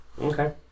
Okay